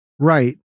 Right